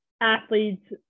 athletes